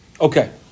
Okay